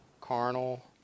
Carnal